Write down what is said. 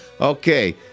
Okay